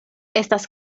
estas